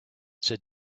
said